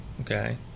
Okay